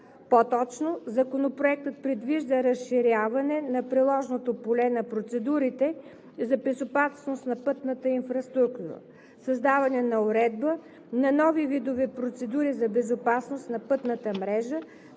По-точно, Законопроектът предвижда разширяване на приложното поле на процедурите за безопасност на пътната инфраструктура; създаване на уредба на нови видове процедури за безопасност на пътната мрежа